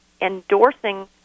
endorsing